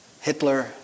Hitler